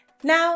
Now